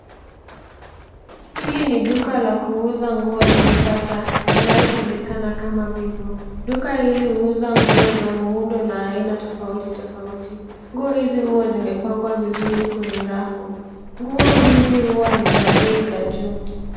Hili ni duka la kuuza nguo la kisasa linalojulikana kama Vivo. Duka hili huuza nguo za muundo na aina tofauti tofauti. Nguo hizi huwa zimepangwa vizuri kwenye rafu, nguo hizi huwa ni za bei za juu.